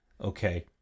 okay